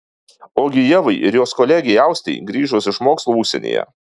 ogi ievai ir jos kolegei austei grįžus iš mokslų užsienyje